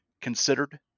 considered